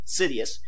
Sidious